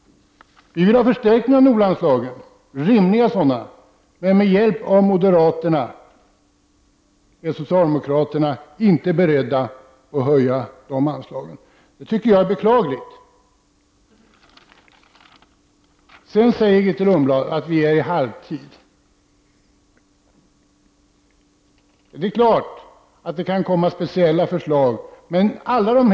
Vi vill att NOLA-anslagen skall förstärkas till rimlig nivå. Men socialdemokraterna, med stöd från moderaterna, är inte beredda att höja dessa anslag. Det finner jag beklagligt. Grethe Lundblad säger att vi befinner oss i halvtid. Det är klart att det framöver kan väckas förslag om speciella åtgärder.